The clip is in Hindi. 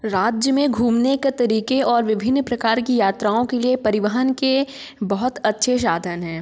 राज्य में घूमने के तरीके और विभिन्न प्रकार की यात्राओं के लिए परिवहन के बहुत अच्छे साधन हैं